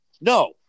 No